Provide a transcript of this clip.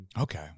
Okay